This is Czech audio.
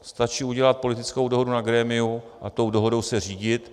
Stačí udělat politickou dohodu na grémiu a tou dohodou se řídit.